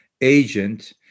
agent